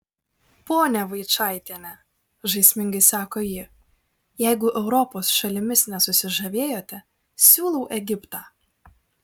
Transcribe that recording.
ponia vaičaitiene žaismingai sako ji jeigu europos šalimis nesusižavėjote siūlau egiptą